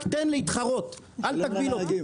רק תן להתחרות, אל תגביל אותי.